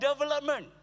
development